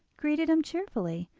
greeted him cheerfully,